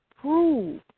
prove